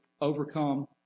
overcome